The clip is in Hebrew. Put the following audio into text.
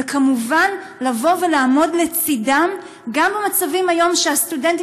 וכמובן לבוא ולעמוד לצדם גם במצבים שהסטודנטים